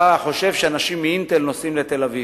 היום, ואתה חושב שאנשים מ"אינטל" נוסעים לתל-אביב.